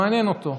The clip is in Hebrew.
מעניין אותו.